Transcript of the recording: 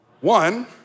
One